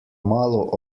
malo